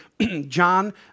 John